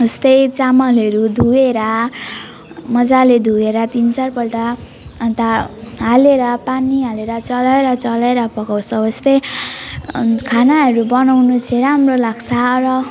यस्तै चामलहरू धोएर मजाले धोएर तिन चारपल्ट अन्त हालेर पानी हालेर चलाएर चलाएर पकाउँछौँ यस्तै खानाहरू बनाउनु चाहिँ राम्रो लाग्छ र